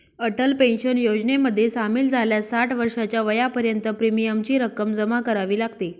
Atal pension योजनेमध्ये सामील झाल्यास साठ वर्षाच्या वयापर्यंत प्रीमियमची रक्कम जमा करावी लागते